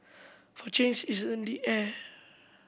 for change is in the air